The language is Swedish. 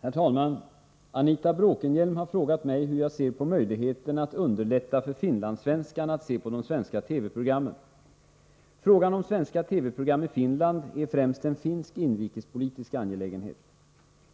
Herr talman! Anita Bråkenhielm har frågat mig hur jag ser på möjligheterna att underlätta för finlandssvenskarna att se på de svenska TV-programmen. Frågan om svenska TV-program i Finland är främst en finsk inrikespolitisk angelägenhet.